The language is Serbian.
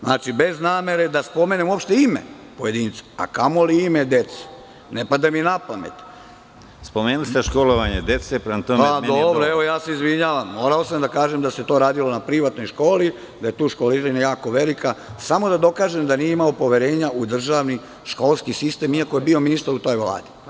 Znači, bez namere da spomenem uopšte ime pojedinca, a kamoli ime dece, ne pada mi na pamet. (Predsedavajući: Spomenuli ste školovanje dece, prema tome, meni je dovoljno.) Pa dobro, ja se izvinjavam, morao sam da kažem da se to radilo na privatnoj školi, da je tu školarina jako velika, samo da dokažem da nije imao poverenja u državni školski sistem iako je bio ministar u toj Vladi.